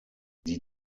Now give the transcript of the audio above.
die